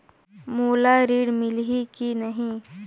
मोला ऋण मिलही की नहीं?